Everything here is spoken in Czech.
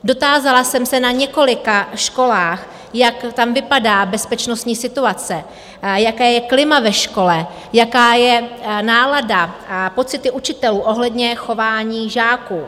Dotázala jsem se na několika školách, jak tam vypadá bezpečnostní situace, jaké je klima ve škole, jaká je nálada a pocity učitelů ohledně chování žáků.